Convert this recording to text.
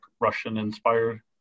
Russian-inspired